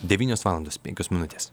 devynios valandos penkios minutės